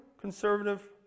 conservative